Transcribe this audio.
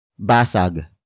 Basag